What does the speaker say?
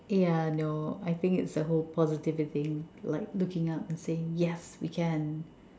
yeah no I think it is the whole positivity thing like looking out and saying yes we can